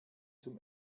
zum